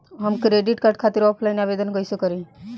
हम credit card खातिर offline आवेदन कइसे करि?